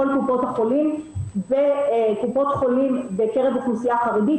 קופות החולים בקרב האוכלוסייה החרדית,